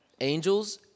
angels